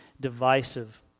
divisive